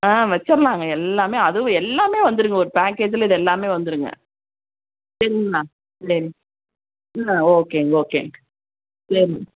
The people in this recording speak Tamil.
ஆ வச்சிரலாங்க எல்லாமே அதுவும் எல்லாமே வந்துரும் ஒரு பேக்கேஜில் இது எல்லாமே வந்துருங்க சரிங்கம்மா ம் ஓகேங்க ஓகேங்க சரி